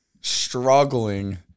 struggling